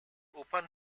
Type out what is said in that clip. open